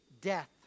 death